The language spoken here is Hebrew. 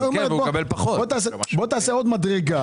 היא אומרת: בוא תעשה עוד מדרגה.